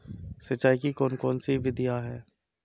सिंचाई की कौन कौन सी विधियां हैं?